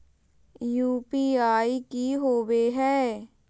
UPI की होवे हय?